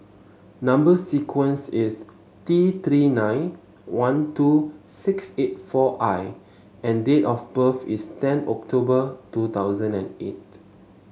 number sequence is T Three nine one two six eight four I and date of birth is ten October two thousand and eight